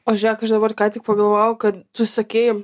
o žėk aš dabar ką tik pagalvojau kad tu sakei